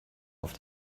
auf